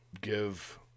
Give